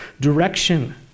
direction